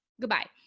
Goodbye